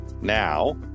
Now